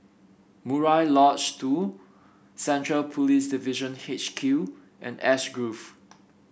Murai Lodge Two Central Police Division HQ and Ash Grove